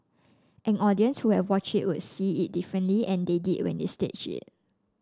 an audience who had watched it would see it differently and they did when we staged it